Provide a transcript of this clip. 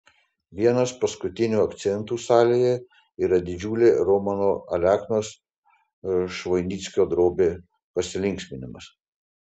vienas paskutinių akcentų salėje yra didžiulė romano aleknos švoinickio drobė pasilinksminimas